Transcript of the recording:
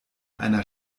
einer